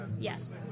Yes